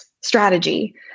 strategy